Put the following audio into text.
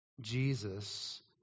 Jesus